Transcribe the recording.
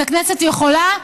אז הכנסת יכולה,